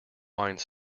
wine